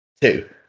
Two